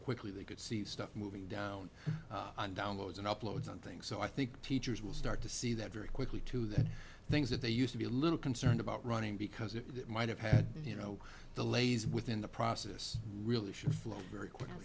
quickly they could see stuff moving down on downloads and uploads on things so i think teachers will start to see that very quickly to the things that they used to be a little concerned about running because it might have had you know the lays within the process really should flow very quickly